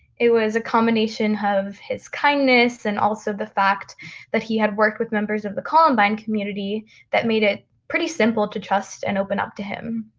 it was a combination of his kindness and also the fact that he had worked with members of the columbine community that made it pretty simple to trust and open up to him.